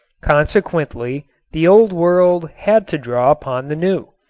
consequently the old world had to draw upon the new.